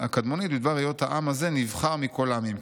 בדבר היות העם הזה נבחר מכל העמים,